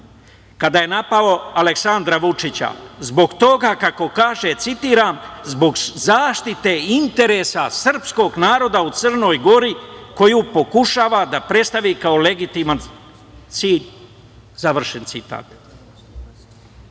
kada je napao Aleksandra Vučića, zbog toga kako kaže citiram- zbog zaštite interesa srpskog naroda u Crnoj Gori koju pokušava da predstavi kao legitiman cilj, završen citat.